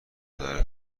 داره